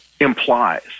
implies